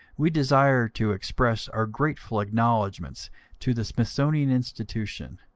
we desire to express our grateful acknowledgments to the smithsonian institution,